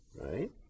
right